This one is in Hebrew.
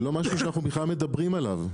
זה לא משהו שאנחנו בכלל מדברים עליו,